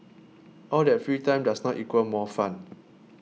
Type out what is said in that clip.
all that free time does not equal more fun